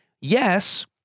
Yes